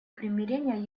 примирения